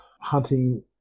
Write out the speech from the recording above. hunting